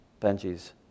Benji's